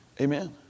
amen